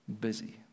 busy